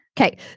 Okay